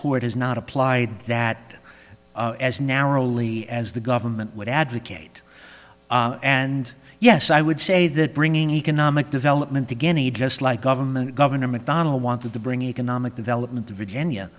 court is not applied that as narrowly as the government would advocate and yes i would say that bringing economic development to guinea just like government governor mcdonnell wanted to bring economic development to virginia